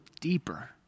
deeper